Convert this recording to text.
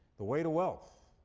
the way to wealth.